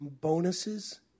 bonuses